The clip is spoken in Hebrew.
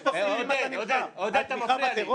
יש דברים שאני לא יכולה להכיל ועדיין אני מממנת אותם.